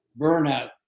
burnout